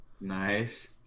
Nice